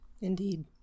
Indeed